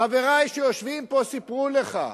חברי, שיושבים פה, סיפרו לך.